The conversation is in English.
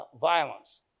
violence